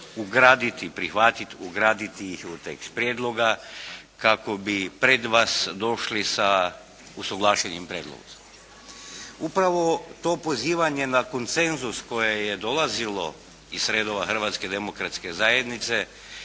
ugraditi, prihvatiti, ugraditi ih u tekst prijedloga kako bi pred vas došli sa usuglašenim prijedlozima. Upravo to pozivanje na koncenzus koje je dolazilo iz redova Hrvatske demokratske zajednice